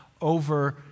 over